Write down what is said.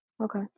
Okay